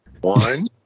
One